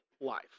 life